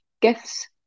gifts